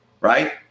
right